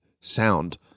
sound